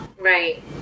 Right